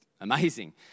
amazing